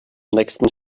nächsten